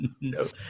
no